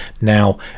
now